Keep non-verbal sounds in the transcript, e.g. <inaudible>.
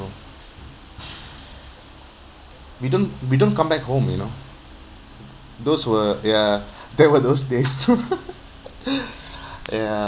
we don't we don't come back home you know those were ya there were those days <laughs> <breath> ya